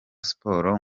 sport